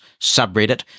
subreddit